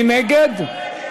מי נגד?